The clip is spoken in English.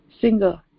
single